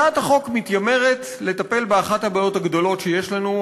הצעת החוק מתיימרת לטפל באחת הבעיות הגדולות שיש לנו,